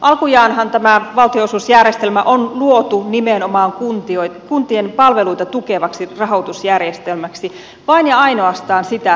alkujaanhan tämä valtionosuusjärjestelmä on luotu nimenomaan kuntien palveluita tukevaksi rahoitusjärjestelmäksi vain ja ainoastaan sitä tarkoitusta varten